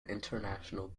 international